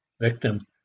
victim